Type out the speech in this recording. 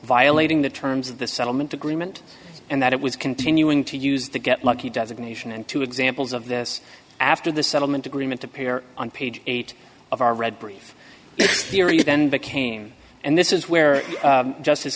violating the terms of the settlement agreement and that it was continuing to use the get lucky designation and two examples of this after the settlement agreement appear on page eight of our red brief period and became and this is where justice